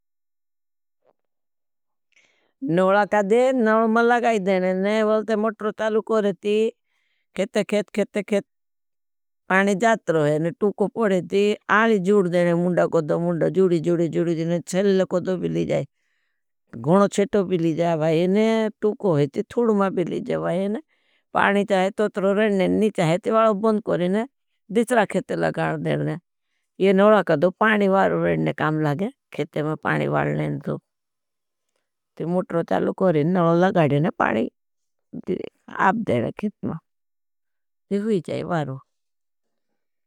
नोला का दे नल में लगाई देने वोलते मट्रो तालु कोरेती खेत खेत खेत खेत पानी जात रहे ने तूको पड़ेती अली जुड देने मुंदा कह दे। मुंडा जुडी जुडी जुड और कह दे छेल रिखचा कह धानो अली दे। घुन छेतो भीली जाई भाई हीने तू को होतो थोड़मा भीली भाई हिनी। पानी चाहे तो रेड़ ने नी चाहे तो वरुग बंद करनेच्छे देसरा खातिर लगान देड़े। हिया ना वो पानी वाडो काम लागे खेते मा पानी वाडू सुन ले। टी मोटरों चालू करेन न लगाई लें न पानी। टी हुई जाई ना पाड़ू।